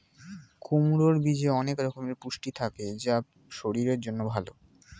কুমড়োর বীজে অনেক রকমের পুষ্টি থাকে যা শরীরের জন্য ভালো